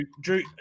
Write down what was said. Drew